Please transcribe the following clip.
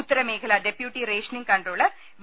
ഉത്തരമേഖലാ deputy rationing controller V